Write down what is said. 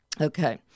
Okay